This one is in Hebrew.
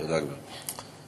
תודה, גברתי.